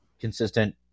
consistent